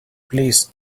please